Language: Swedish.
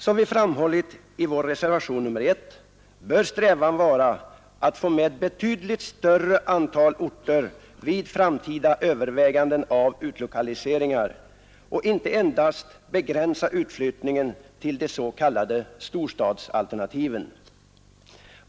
Som vi framhållit i vår reservation 1 bör strävan vara att få med betydligt större antal orter vid framtida överväganden av utlokaliseringar och inte endast begränsa utflyttningen till de s.k. storstadsalternativen.